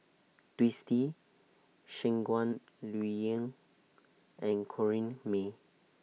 Twisstii Shangguan Liuyun and Corrinne May